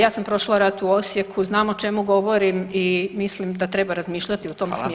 Ja sam prošla rat u Osijeku, znam o čemu govorim i mislim da treba razmišljati u tom smjeru.